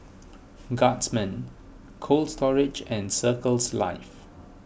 Guardsman Cold Storage and Circles Life